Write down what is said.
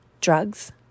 drugs